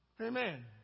Amen